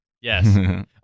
Yes